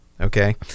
Okay